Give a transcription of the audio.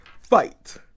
Fight